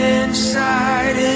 inside